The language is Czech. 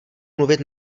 mluvit